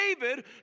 David